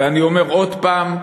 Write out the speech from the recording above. ואני אומר עוד הפעם,